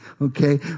okay